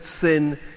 sin